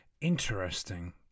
Interesting